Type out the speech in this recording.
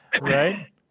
Right